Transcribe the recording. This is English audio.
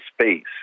space